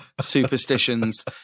superstitions